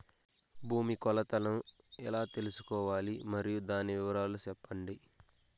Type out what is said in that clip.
భూమి కొలతలను ఎలా తెల్సుకోవాలి? మరియు దాని వివరాలు సెప్పండి?